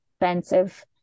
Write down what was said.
expensive